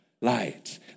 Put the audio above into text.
light